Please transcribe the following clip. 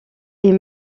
est